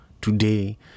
today